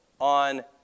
on